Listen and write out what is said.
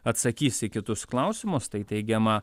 atsakys į kitus klausimus tai teigiama